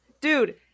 Dude